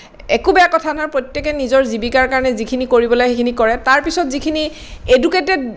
একো বেয়া কথা নহয় প্ৰত্যেকে নিজৰ জীৱিকাৰ কাৰণে যিখিনি কৰিব লাগে সেইখিনি কৰে তাৰপিছত যিখিনি এডুকেটেড